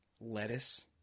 Lettuce